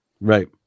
right